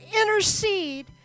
intercede